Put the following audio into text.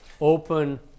open